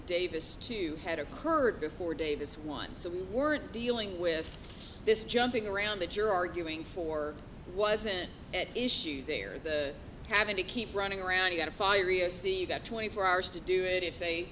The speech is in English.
davis to had occurred before davis one so we weren't dealing with this jumping around that you're arguing for wasn't at issue there the having to keep running around to get a fiery a c that twenty four hours to do it if they